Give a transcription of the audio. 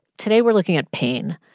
today, we're looking at pain.